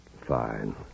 Fine